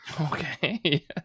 Okay